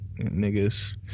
niggas